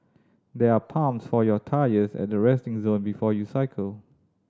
there are pumps for your tyres at the resting zone before you cycle